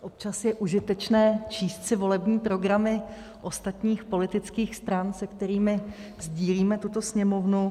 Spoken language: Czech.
Občas je užitečné číst si volební programy ostatních politických stran, se kterými sdílíme tuto sněmovnu.